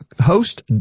host